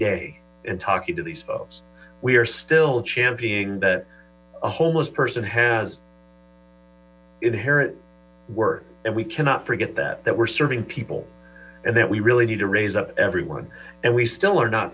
day and talking to these folks we are still champing at a homeless person has in inherent worth and we cannot forget that that we're serving people and that we really need to raise up everyone and we still are not